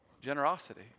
generosity